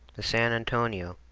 the san antonio,